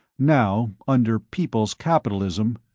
now, under people's capitalism.